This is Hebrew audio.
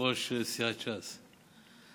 יושב-ראש סיעת ש"ס,